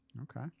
Okay